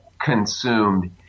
consumed